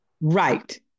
Right